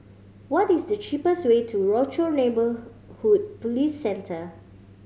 what is the cheapest way to Rochor Neighborhood Police Centre